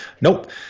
Nope